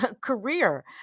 career